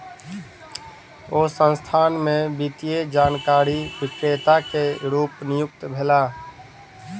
ओ संस्थान में वित्तीय जानकारी विक्रेता के रूप नियुक्त भेला